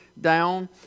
down